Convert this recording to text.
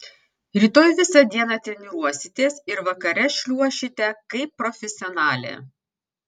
rytoj visą dieną treniruositės ir vakare šliuošite kaip profesionalė